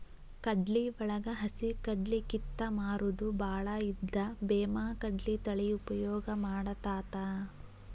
ಕಡ್ಲಿವಳಗ ಹಸಿಕಡ್ಲಿ ಕಿತ್ತ ಮಾರುದು ಬಾಳ ಇದ್ದ ಬೇಮಾಕಡ್ಲಿ ತಳಿ ಉಪಯೋಗ ಮಾಡತಾತ